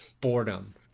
boredom